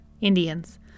Indians